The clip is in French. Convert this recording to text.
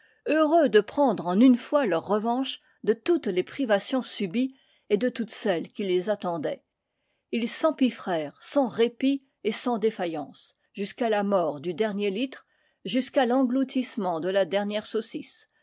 heureux de prendre en une fois leur revanche de toutes les privations subies et de toutes celles qui les attendaient ils s'empiffrèrent sans répit et sans défaillance jusqu'à la mort du dernier litre jusqu'à l'engloutissement de la dernière saucisse